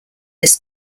this